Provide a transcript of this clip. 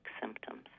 symptoms